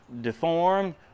deformed